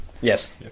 Yes